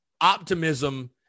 optimism